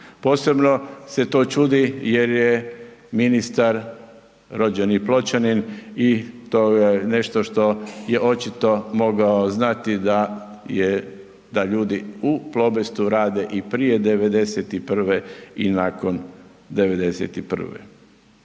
posebno se to čudi jer je ministar rođeni Pločanin i to je nešto što je očito mogao znati da je, da ljudi u Plobestu rade i prije '91. i nakon '91.